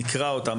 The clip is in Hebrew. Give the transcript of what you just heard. ונקרא אותם,